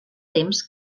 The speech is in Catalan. temps